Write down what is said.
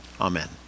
Amen